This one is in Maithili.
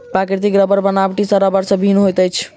प्राकृतिक रबड़ बनावटी रबड़ सॅ भिन्न होइत अछि